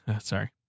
Sorry